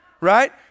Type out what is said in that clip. right